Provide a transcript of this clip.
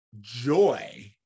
joy